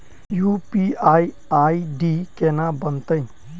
UPI ID केना बनतै?